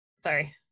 sorry